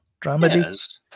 dramedy